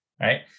right